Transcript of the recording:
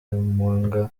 babyaranye